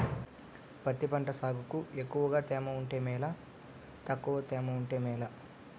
పత్తి పంట సాగుకు ఎక్కువగా తేమ ఉంటే మేలా తక్కువ తేమ ఉంటే మేలా?